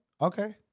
Okay